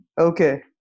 Okay